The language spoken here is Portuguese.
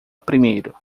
primeiro